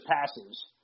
passes